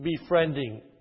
befriending